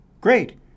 Great